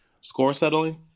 score-settling